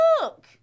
look